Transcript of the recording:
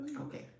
Okay